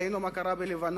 ראינו מה קרה בלבנון,